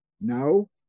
No